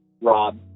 Rob